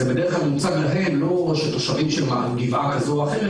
זה בדרך כלל מוצג להם לא כתושבים על גבעה כזו או אחרת,